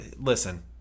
Listen